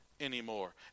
anymore